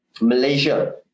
Malaysia